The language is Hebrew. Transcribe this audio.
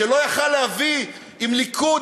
שלא יכול היה להביא עם הליכוד,